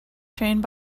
trained